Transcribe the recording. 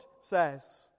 says